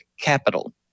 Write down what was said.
capital